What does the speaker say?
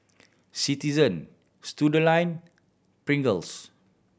Citizen Studioline Pringles